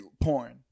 porn